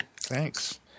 Thanks